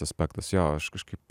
aspektas jo aš kažkaip